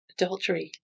adultery